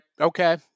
okay